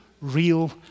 real